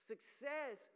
Success